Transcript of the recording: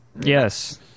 Yes